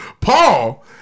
Paul